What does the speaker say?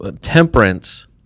temperance